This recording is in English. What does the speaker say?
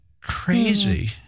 crazy